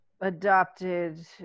adopted